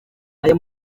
aya